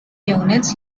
units